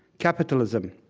capitalism,